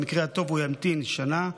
במקרה הטוב ימתין שנה,